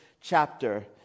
chapter